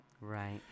Right